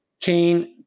Kane